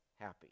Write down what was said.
happy